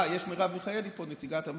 אה, מרב מיכאלי פה, נציגת הממשלה.